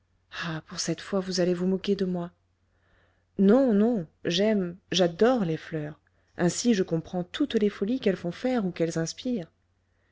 pour cette fois vous allez vous moquer de moi non non j'aime j'adore les fleurs ainsi je comprends toutes les folies qu'elles font faire ou qu'elles inspirent